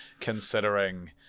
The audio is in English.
considering